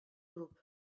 grup